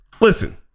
listen